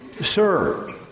sir